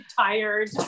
tired